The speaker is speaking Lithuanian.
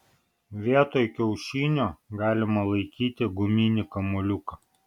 vietoj kiaušinio galima laikyti guminį kamuoliuką